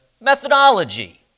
Methodology